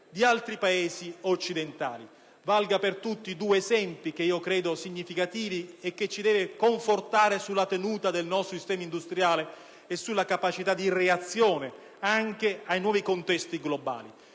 di altri Paesi occidentali. Valgano per tutti due esempi che credo significativi e che ci devono confortare sulla tenuta del nostro sistema industriale e sulla capacità di reazione dello stesso anche ai nuovi contesti globali.